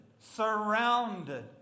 surrounded